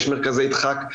יש מרכזי דחק.